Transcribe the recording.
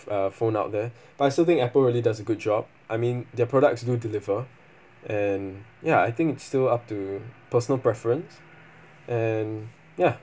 uh phone out but I still think Apple really does a good job I mean their products do deliver and ya I think it's still up to personal preference and ya